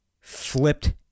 flipped